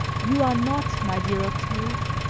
you are not, my dear octave,